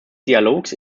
dialogs